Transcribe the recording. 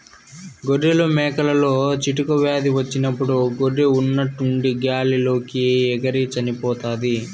గొర్రెలు, మేకలలో చిటుకు వ్యాధి వచ్చినప్పుడు గొర్రె ఉన్నట్టుండి గాలి లోకి ఎగిరి చనిపోతాది